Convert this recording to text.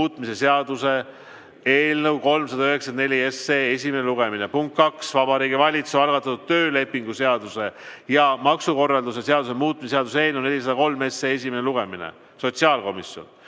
muutmise seaduse eelnõu 394 esimene lugemine. Punkt kaks, Vabariigi Valitsuse algatatud töölepingu seaduse ja maksukorralduse seaduse muutmise seaduse eelnõu 403 esimene lugemine. Sotsiaalkomisjon